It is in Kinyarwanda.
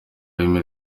rurimi